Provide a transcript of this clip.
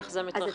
איך זה מתרחש?